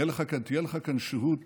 תהיה לך כאן שהות